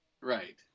Right